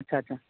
اچھا اچھا